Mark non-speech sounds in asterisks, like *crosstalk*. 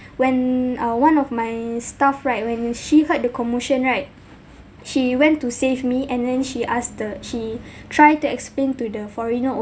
when uh one of my staff right when she heard the commotion right she went to save me and then she asked the she *breath* try to explain to the foreigner